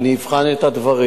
אני אבחן את הדברים.